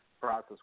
process